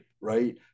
right